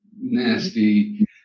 nasty